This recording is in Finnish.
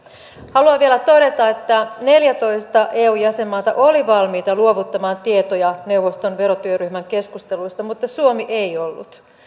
haluan vielä todeta että neljätoista eu jäsenmaata oli valmiita luovuttamaan tietoja neuvoston verotyöryhmän keskusteluista mutta suomi ei ollut